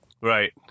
Right